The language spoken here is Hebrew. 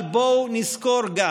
אבל בואו נזכור גם